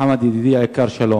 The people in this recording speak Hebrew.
חמד, ידידי היקר, שלום.